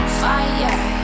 fire